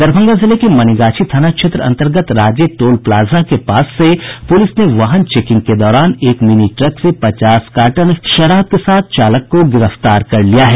दरभंगा जिले के मनिगाछी थाना क्षेत्र अंतर्गत राजे टोल प्लाज के पास से पुलिस ने वाहन चेकिंग के दौरान एक मिनी ट्रक से पचास कार्टन शराब के साथ चालक को गिरफ्तार कर लिया है